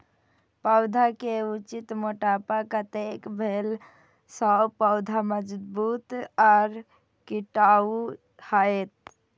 पौधा के उचित मोटापा कतेक भेला सौं पौधा मजबूत आर टिकाऊ हाएत?